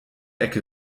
ecke